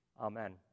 amen